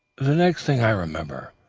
the next thing i remember,